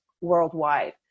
worldwide